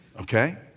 Okay